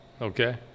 okay